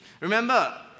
remember